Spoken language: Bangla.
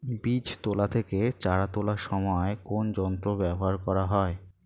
বীজ তোলা থেকে চারা তোলার সময় কোন যন্ত্র ব্যবহার করা হয়?